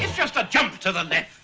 just a jump to the left.